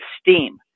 steam